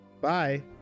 Bye